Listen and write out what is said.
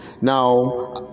Now